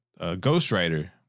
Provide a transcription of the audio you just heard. Ghostwriter